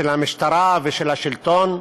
של המשטרה ושל השלטון.